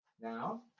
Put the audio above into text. now